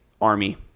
Army